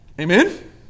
Amen